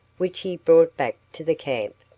which he brought back to the camp,